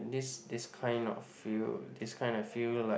this this kind of field this kind of field look like